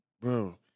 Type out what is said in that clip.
bro